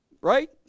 Right